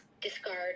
discard